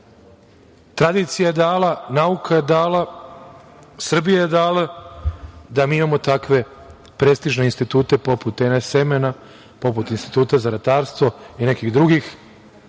tradicija je dala, nauka je dala, Srbija je dala da mi imamo takve prestižne institute, poput "NS seme", poput Instituta za ratarstvo i nekih drugih